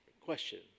question